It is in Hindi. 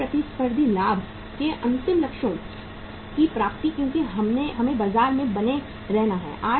स्थायी प्रतिस्पर्धी लाभ के अंतिम लक्ष्यों की प्राप्ति क्योंकि हमें बाजार में बने रहना है